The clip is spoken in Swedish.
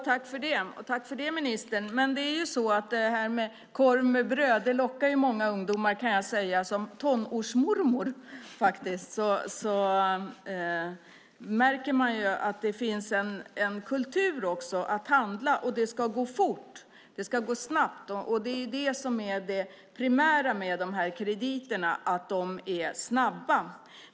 Herr talman! Tack för det, ministern! Men det är ju så att "korv med bröd" lockar många ungdomar. Som tonårsmormor kan jag faktiskt säga att man märker att det finns en kultur för att handla, och det ska gå fort och snabbt. Det är det som är det primära med de här krediterna, att de är snabba.